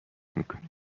میکنی